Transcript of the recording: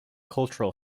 cultural